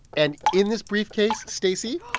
and in this briefcase, stacey.